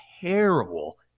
terrible